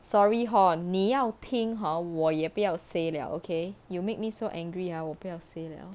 sorry hor 你要听 hor 我也不要 say 了 okay you make me so angry ah 我不要 say 了